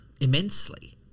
immensely